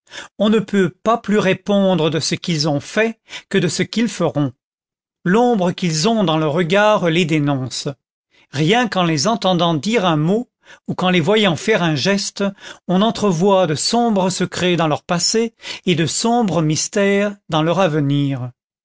on ne peut pas plus répondre de ce qu'ils ont fait que de ce qu'ils feront l'ombre qu'ils ont dans le regard les dénonce rien qu'en les entendant dire un mot ou qu'en les voyant faire un geste on entrevoit de sombres secrets dans leur passé et de sombres mystères dans leur avenir